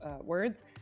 words